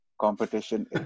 competition